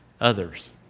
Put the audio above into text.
others